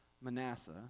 Manasseh